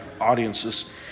audiences